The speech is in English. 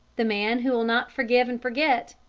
the man who will not forgive and forget,